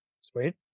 Sweet